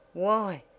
why!